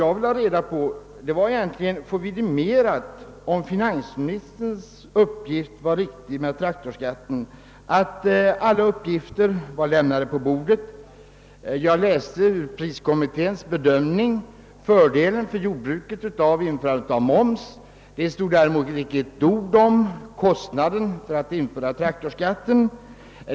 Jag ville egentligen få vidimerat om finansministerns påstående i fråga om traktorskatten var riktigt. Han sade att alla uppgifter hade lagts på bordet. Ur priskommitténs bedömning framgick fördelen för jordbruket med ett införande av moms. Däremot stod inte ett ord om kostnaden för att införa traktorskatten.